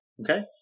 Okay